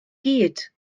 gyd